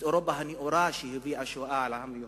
אירופה הנאורה היא שהביאה שואה על העם היהודי.